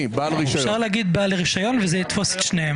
אפשר להגיד בעל רישיון וזה יתפוס את שניהם.